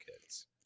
kids